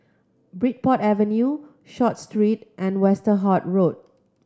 Bridport Avenue Short Street and Westerhout Road